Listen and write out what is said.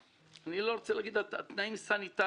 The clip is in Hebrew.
אני לא רוצה לדבר גם על התנאים הסניטריים.